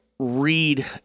read